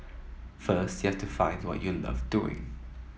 first you have to find what you love doing